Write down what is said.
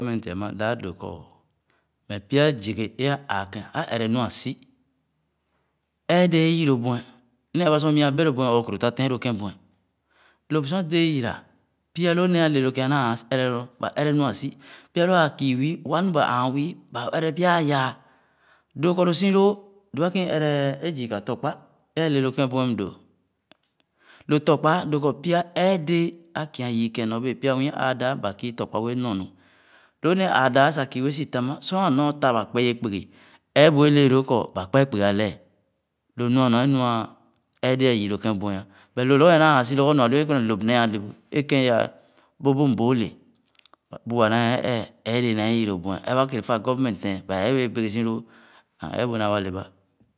Govmenti ama dab dõõ ko meh pya zezhe éã aa ken a- ere nu asi. Eedẽẽ eyu lõ bueh. Nee aba sar mia be lo bueh or korotã teen lo kẽ bueh. Lõp sur dĩẽ yira, pya lo néé é adẽ ló kẽa nna. ere, ba ere nua asi, pya lɔ̃ aa kü wü, wa mu ba aan wü ba ene pya a’yaa, dõõ kɔ lo si loo, doba ken é i ere aba zii ka lõkpa é rale lo kebuch m’do, lo tokpa dõõ ko pya eedẽẽ a’kia yü kẽn myorbẽẽ pya nwü é aai daa ba kü lõkpa wẽẽ no nu. Lo nẽẽ ã aa dãã sal, kü wẽẽ si tam, sor a- hoo tah ba kpɛ ye kpugi eebu e’le ye lõõ kɔ ba kpɛ kpugi alɛ. Lo nu no e‘nua eedẽẽ ã yii lo kẽ ə̃ueh. But lo logɔ nẽé ạaa ãã si log nu, a’lu ghe kwene lõp néé ale bu ékèn yaa bòbò- mbòò le, bu wa nee ee eedéé nee yü lõ hueh ereba. kere fah government tɛɛn baa bẽẽ beʒè si lõõ, eebu naa wa le ba.